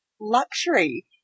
luxury